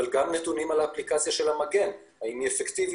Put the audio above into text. אבל גם נתונים על אפליקציית "המגן" לבדוק האם היא אפקטיבית,